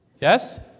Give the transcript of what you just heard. Yes